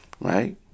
right